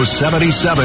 77